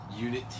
unit